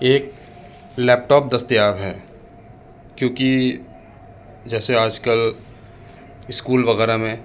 ایک laptop دستیاب ہے کیونکہ جیسے آج کل اسکول وغیرہ میں